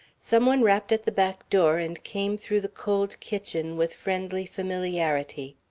some one rapped at the back door and came through the cold kitchen with friendly familiarity.